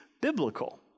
biblical